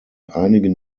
einigen